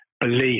belief